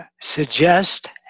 suggest